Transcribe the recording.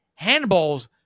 handballs